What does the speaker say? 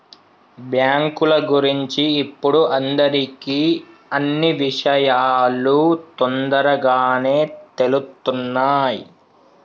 బ్యేంకుల గురించి ఇప్పుడు అందరికీ అన్నీ విషయాలూ తొందరగానే తెలుత్తున్నయ్